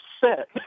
set